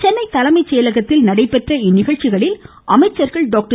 சென்னை தலைமை செயலகத்தில் நடைபெற்ற இந்நிகழ்ச்சிகளில் அமைச்சர்கள் டாக்டர்